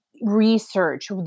research